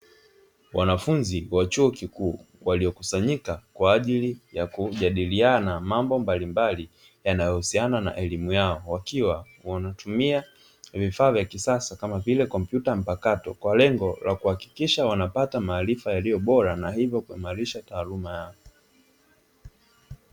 Wanafunzi wa chuo kikuu waliokusanyika kwa ajili ya kujadiliana mambo mbalimbali yanayohusiana na elimu yao, wakiwa wanatumia vifaa vya kisasa kama vile kompyuta mpakato kwa lengo la kuhakikisha wanapata maarifa yaliyo bora na hivyo kuimarisha taaluma yao.